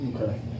Okay